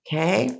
Okay